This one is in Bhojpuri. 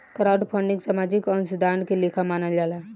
क्राउडफंडिंग सामाजिक अंशदान के लेखा मानल जाला